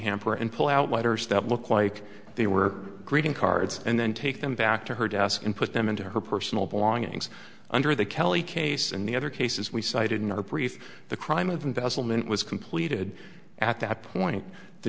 hamper and pull out letters that look like they were greeting cards and then take them back to her desk and put them into her personal belongings under the kelly case in the other cases we cited in our brief the crime of investment was completed at that point the